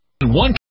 one